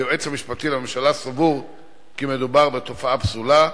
היועץ משפטי לממשלה סבור כי מדובר בתופעה פסולה,